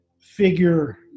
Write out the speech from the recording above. figure